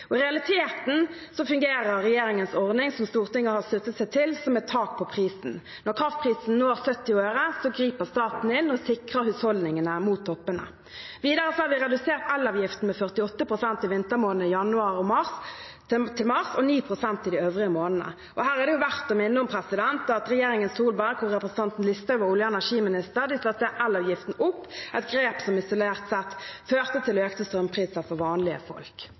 I realiteten fungerer regjeringens ordning, som Stortinget har sluttet seg til, som et tak på prisen. Når kraftprisen når 70 øre, griper staten inn og sikrer husholdningene mot toppene. Videre har vi redusert elavgiften med 48 pst. i vintermånedene januar–mars og 9 pst. i de øvrige månedene. Her er det verdt å minne om at regjeringen Solberg, hvor representanten Listhaug var olje- og energiminister, satte opp elavgiften – et grep som isolert sett førte til økte strømpriser for vanlige folk.